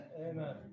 Amen